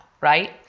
right